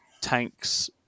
Tanks